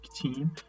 team